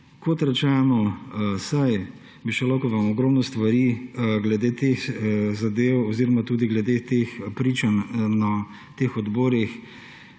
tem primeru, saj bi lahko ogromno stvari glede teh zadev oziroma tudi glede teh pričanj na teh odborih